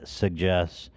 suggests